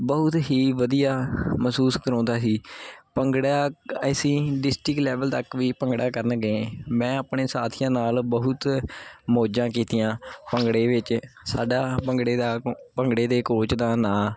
ਬਹੁਤ ਹੀ ਵਧੀਆ ਮਹਿਸੂਸ ਕਰਾਉਂਦਾ ਸੀ ਭੰਗੜਾ ਅਸੀਂ ਡਿਸਟਰਿਕ ਲੈਵਲ ਤੱਕ ਵੀ ਭੰਗੜਾ ਕਰਨ ਗਏ ਮੈਂ ਆਪਣੇ ਸਾਥੀਆਂ ਨਾਲ ਬਹੁਤ ਮੌਜਾਂ ਕੀਤੀਆਂ ਭੰਗੜੇ ਵਿੱਚ ਸਾਡਾ ਭੰਗੜੇ ਦਾ ਪ ਭੰਗੜੇ ਦੇ ਕੋਚ ਦਾ ਨਾਂ